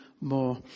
more